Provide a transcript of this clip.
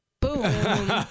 Boom